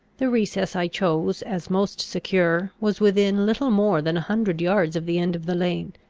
the recess i chose, as most secure, was within little more than a hundred yards of the end of the lane,